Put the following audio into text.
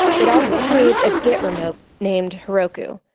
it also creates a git remote named heroku.